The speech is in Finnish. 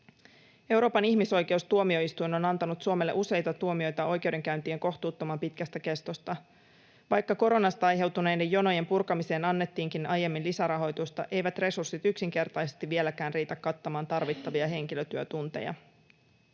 Euroopan ihmisoikeustuomioistuin on antanut Suomelle useita tuomioita oikeudenkäyntien kohtuuttoman pitkästä kestosta. Vaikka koronasta aiheutuneiden jonojen purkamiseen annettiinkin aiemmin lisärahoitusta, eivät resurssit yksinkertaisesti vieläkään riitä kattamaan tarvittavia henkilötyötunteja.